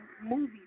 movies